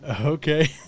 Okay